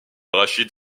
rachid